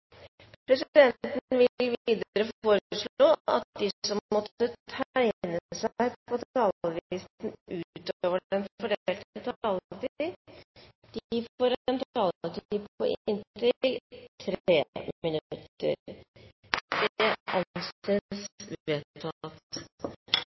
Videre blir det foreslått at de som måtte tegne seg på talerlisten utover den fordelte taletid, får en taletid på inntil